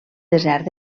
desert